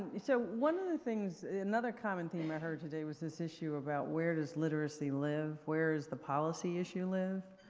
so, one of the things another common theme i heard today was this issue about where does literacy live, where does the policy issue live.